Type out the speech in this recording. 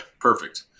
Perfect